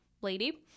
lady